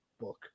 book